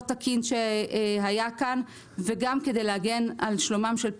תקין שהיה כאן וגם כדי להגן על שלומם של פעוטות.